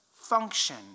function